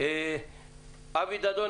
אבי דדון,